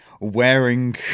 wearing